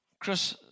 Chris